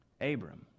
Abram